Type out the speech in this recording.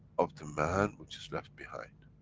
of the man which is left behind.